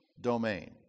domain